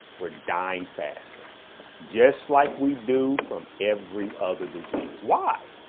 we're dying faster just like we do from every other disease. why?